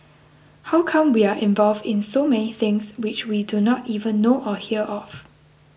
how come we are involved in so many things which we do not even know or hear of